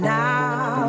now